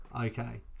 Okay